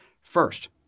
First